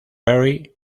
perry